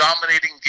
dominating